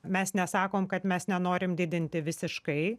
mes nesakom kad mes nenorim didinti visiškai